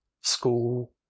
school